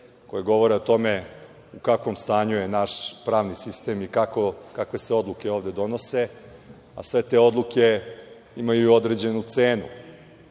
koje govore o tome u kakvom stanju je naš pravni sistem i kakve se odluke ovde donose, a sve te odluke imaju određenu cenu,